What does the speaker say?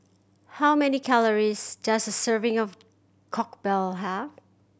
how many calories does a serving of have